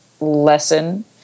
lesson